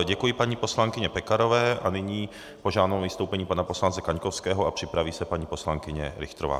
Děkuji paní poslankyni Pekarové a nyní požádám o vystoupení pana poslance Kaňkovského a připraví se paní poslankyně Richterová.